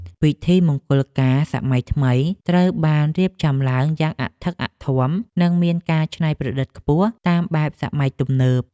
ពិធីមង្គលការសម័យថ្មីត្រូវបានរៀបចំឡើងយ៉ាងអធិកអធម និងមានការច្នៃប្រឌិតខ្ពស់តាមបែបសម័យទំនើប។